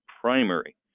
primary